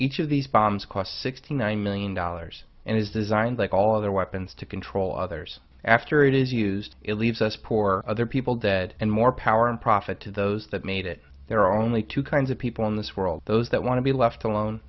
each of these bombs cost sixty nine million dollars and is designed like all other weapons to control others after it is used it leaves us poor other people dead and more power and profit to those that made it there are only two kinds of people in this world those that want to be left alone